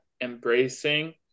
embracing